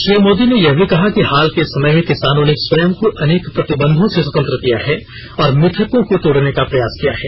श्री मोदी ने यह भी कहा कि हाल के समय में किसानों ने स्वयं को अनेक प्रतिबंधों से स्वतंत्र किया है और मिथकों को तोड़ने का प्रयास किया है